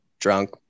drunk